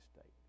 state